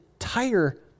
entire